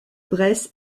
bresse